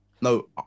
No